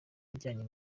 ajyanye